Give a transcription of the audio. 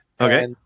Okay